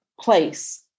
place